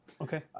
Okay